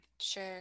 sure